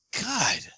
God